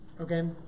Okay